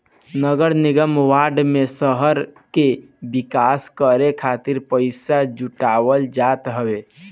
नगरनिगम बांड में शहर के विकास करे खातिर पईसा जुटावल जात हवे